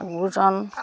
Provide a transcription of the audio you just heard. ভোজন